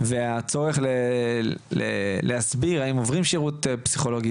והצורך להסביר האם עוברים שירות פסיכולוגי,